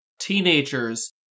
teenagers